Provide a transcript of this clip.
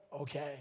okay